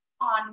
on